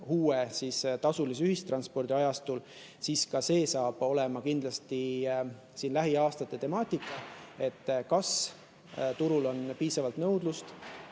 uue, tasulise ühistranspordi ajastul, siis ka see on kindlasti lähiaastate temaatika, kas turul on piisavalt nõudlust